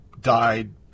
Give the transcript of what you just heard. died